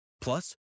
Plus